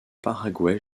paraguay